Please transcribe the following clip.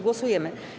Głosujemy.